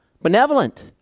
Benevolent